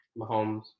Mahomes